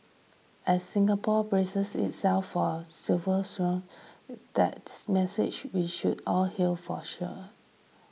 as Singapore braces itself for silver surge that's message we should all heed for sure